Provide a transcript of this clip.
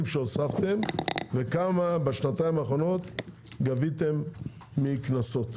שהוספת וכמה קנסות גביתם בשנתיים האחרונות מקנסות תעבורה.